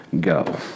go